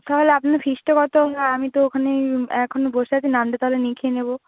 তাহলে আপনার ফিজটা কত আমি তো ওখানেই এখন বসে আছি নামটা তাহলে নিখিয়ে নেব